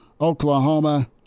Oklahoma